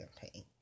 campaign